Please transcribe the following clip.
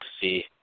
see